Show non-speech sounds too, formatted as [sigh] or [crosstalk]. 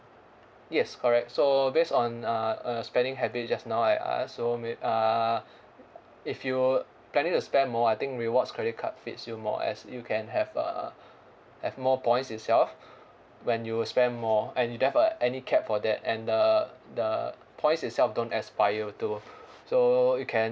yes correct so based on a a spending habit just now I asked so may uh [breath] if you planning to spend more I think rewards credit card fits you more as you can have uh [breath] have more points itself [breath] when you spend more and we don't have any cap for that and the the points itself don't expire too [breath] so you can